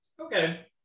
Okay